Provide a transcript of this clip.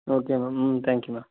okay ma'am hmm thank you ma'am